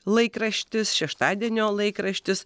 laikraštis šeštadienio laikraštis